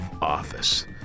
office